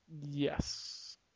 Yes